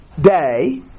day